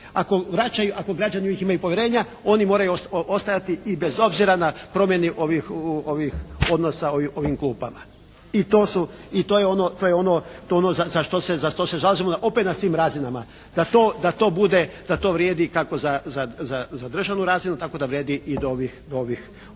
ako građani u njih imaju povjerenja oni moraju ostajati i bez obzira na promjene ovih odnosa u ovim klupama i to je ono za što se zalažemo opet na svim razinama, da to vrijedi kako za državnu razinu tako da vrijedi i do ovih lokalnih